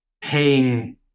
paying